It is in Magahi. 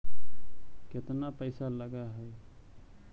केतना पैसा लगय है?